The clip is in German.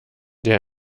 der